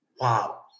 Wow